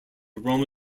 roma